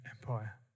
empire